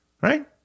Right